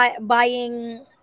buying